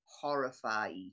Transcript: horrified